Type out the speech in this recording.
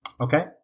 Okay